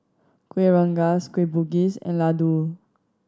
Kueh Rengas Kueh Bugis and laddu